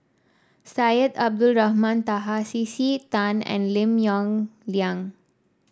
Syed Abdulrahman Taha C C Tan and Lim Yong Liang